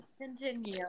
continue